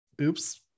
oops